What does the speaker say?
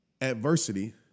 adversity